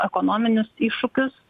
ekonominius iššūkius